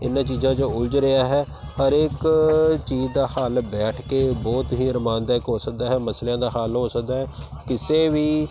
ਇਹਨਾਂ ਚੀਜ਼ਾਂ 'ਚ ਉਲਝ ਰਿਹਾ ਹੈ ਹਰ ਇੱਕ ਚੀਜ਼ ਦਾ ਹੱਲ ਬੈਠ ਕੇ ਬਹੁਤ ਹੀ ਅਰਾਮਦਾਇਕ ਹੋ ਸਕਦਾ ਹੈ ਮਸਲਿਆਂ ਦਾ ਹੱਲ ਹੋ ਸਕਦਾ ਹੈ ਕਿਸੇ ਵੀ